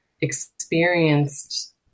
experienced